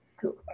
cool